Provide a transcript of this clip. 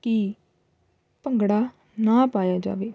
ਕਿ ਭੰਗੜਾ ਨਾ ਪਾਇਆ ਜਾਵੇ